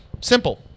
Simple